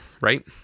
right